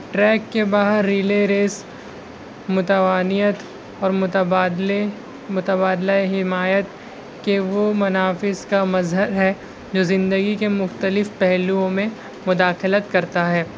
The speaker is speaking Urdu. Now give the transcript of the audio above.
ٹریک کے باہر ریلے ریس متوانیت اور متبادلے متادلہ حمایت کے وہ منافذ کا مظہر ہے جو زندگی کے مختلف پہلوؤں میں مداخلت کرتا ہے